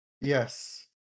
yes